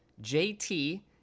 JT